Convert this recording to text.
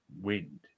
wind